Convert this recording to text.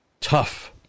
Tough